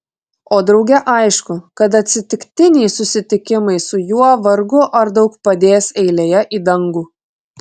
o drauge aišku kad atsitiktiniai susitikimai su juo vargu ar daug padės eilėje į dangų